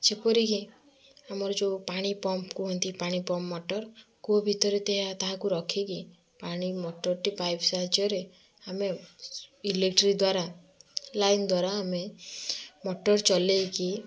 ଯେପରିକି ଆମର ଯେଉଁ ପାଣି ପମ୍ପ୍ କୁହନ୍ତି ପାଣି ପମ୍ପ୍ ମୋଟର୍ କୂଅ ଭିତରେ ତେହା ତାହାକୁ ରଖିକି ପାଣି ମୋଟର୍ଟି ପାଇପ୍ ସାହାଯ୍ୟରେ ଆମେ ଇଲେକ୍ଟ୍ରିକ୍ ଦ୍ୱାରା ଲାଇନ୍ ଦ୍ୱାରା ଆମେ ମୋଟର୍ ଚଲେଇ କି